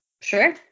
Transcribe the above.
Sure